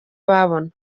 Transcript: babona